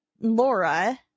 Laura